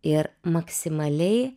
ir maksimaliai